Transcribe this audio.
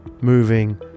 moving